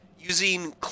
using